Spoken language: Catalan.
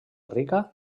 rica